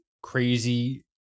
Crazy